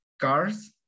cars